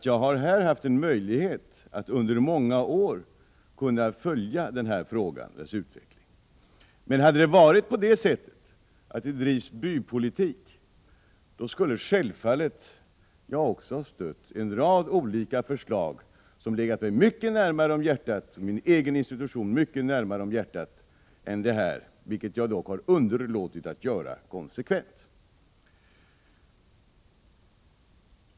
Jag har här haft möjlighet att under många år kunna följa denna fråga och dess utveckling. Hade det varit så att det bedrivs bypolitik skulle jag självfallet också ha stött en rad olika förslag som hade legat mig och min egen institution mycket närmare om hjärtat än detta, vilket jag dock konsekvent har underlåtit att göra.